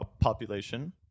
population